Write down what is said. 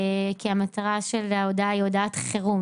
כי המטרה של ההודעה היא הודעת חירום,